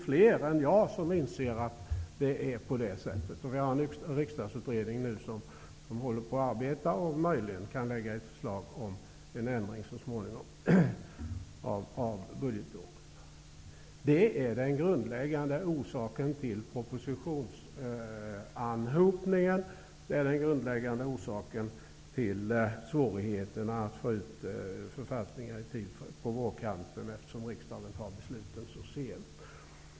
Fler än jag inser att det är på det sättet. Riksdagsutredningen arbetar med frågorna, och den kan möjligen lägga fram ett förslag om en ändring av budgetåret så småningom. Budgetårets förläggning är den grundläggande orsaken till propositionsanhopningen och till svårigheterna att få ut författningar i tid på vårkanten. Riksdagen fattar besluten så sent.